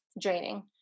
Draining